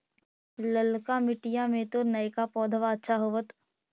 ललका मिटीया मे तो नयका पौधबा अच्छा होबत?